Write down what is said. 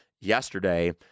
yesterday